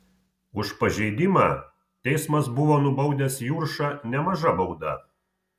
už pažeidimą teismas buvo nubaudęs juršą nemaža bauda